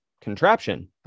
contraption